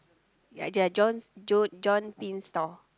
ya they are John's John Tin stall